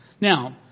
Now